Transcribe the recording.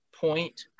point